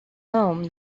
home